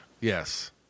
Yes